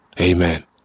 Amen